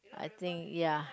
I think ya